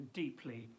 deeply